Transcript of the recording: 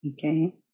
okay